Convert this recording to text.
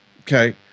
Okay